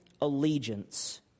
allegiance